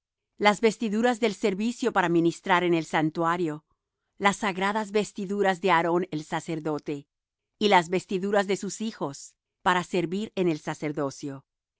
las vestiduras del servicio para ministrar en el santuario las sagradas vestiduras de aarón el sacerdote y las vestiduras de sus hijos para servir en el sacerdocio